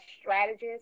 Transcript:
strategist